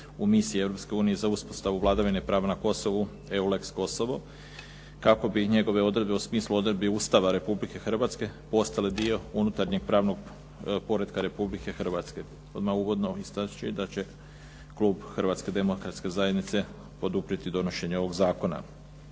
unije za uspostavu vladavine prava na Kosovu EULEX Kosovo, kako bi njegove odredbe u smislu odredbi Ustava Republike Hrvatske postale dio unutarnjeg pravnog poretka Republike Hrvatske. Odmah uvodno ističem da će klub Hrvatske demokratske zajednice poduprijeti donošenje ovog zakona.